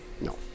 No